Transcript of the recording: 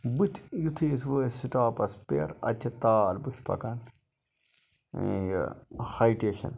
بٕتھ یُتھٕے أسۍ وٲتۍ سٹاپَس پٮ۪ٹھ اَتہِ چھِ تار بٕتھِ پَکان یہِ ہاے ٹیشَن